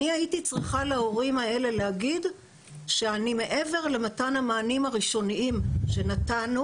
ואני הייתי צריכה להגיד להורים האלה שמעבר למתן המענים הראשוניים שנתנו